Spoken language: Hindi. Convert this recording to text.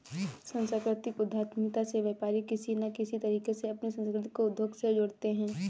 सांस्कृतिक उद्यमिता में व्यापारी किसी न किसी तरीके से अपनी संस्कृति को उद्योग से जोड़ते हैं